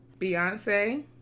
Beyonce